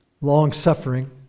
long-suffering